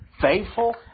faithful